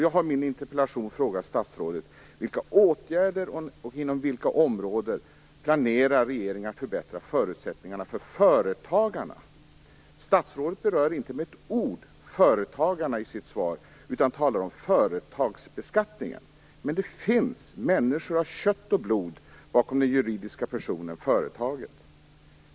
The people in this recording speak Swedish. Jag har i min interpellation frågat statsrådet vilka åtgärder och inom vilka områden regeringen planerar att förbättra förutsättningarna för företagarna. Statsrådet berör inte med ett ord företagarna i sitt svar utan talar om företagsbeskattningen, men det finns människor av kött och blod bakom den juridiska personen företaget.